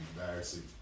embarrassing